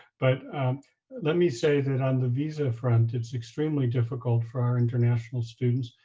but let me say that on the visa front, it's extremely difficult for our international students.